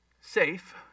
safe